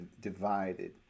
divided